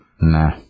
Nah